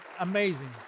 Amazing